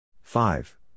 Five